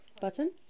Button